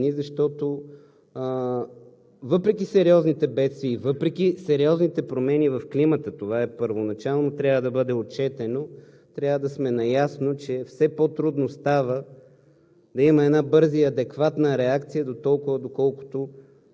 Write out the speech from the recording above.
Смятам, че тази посока е правилна и резултатите са видими, защото въпреки сериозните бедствия и въпреки сериозните промени в климата – това първоначално трябва да бъде отчетено, трябва да сме наясно, че все по-трудно става